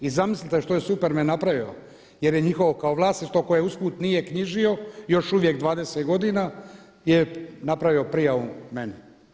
I zamislite što je Superman napravio jer je njihovo kao vlasništvo koje usput nije knjižio još uvijek 20 godina je napravio prijavu mene.